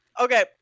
okay